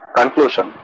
Conclusion